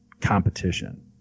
competition